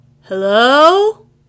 Hello